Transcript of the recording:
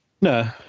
No